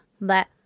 Let